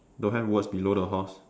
don't have words below the horse